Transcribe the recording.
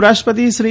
ઉપરાષ્ટ્રપતિ શ્રી